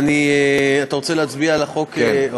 אתה רוצה שנצביע על החוק?